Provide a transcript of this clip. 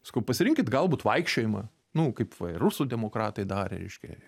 sakau pasirinkit galbūt vaikščiojimą nu kaip va ir rusų demokratai darė reiškia